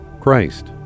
christ